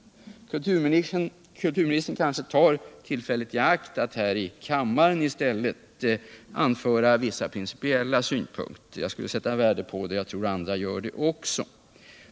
Kulturministern kanske tar tillfället i aktatti stället här i kammaren anföra vissa principiella synpunkter. Jag skulle sätta värde på det och jag tror alt också andra skulle göra det.